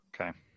Okay